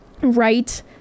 right